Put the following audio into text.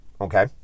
Okay